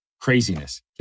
Craziness